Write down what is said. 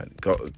got